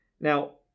Now